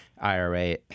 IRA